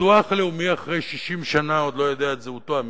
הביטוח הלאומי אחרי 60 שנה עוד לא יודע את זהותו המינית,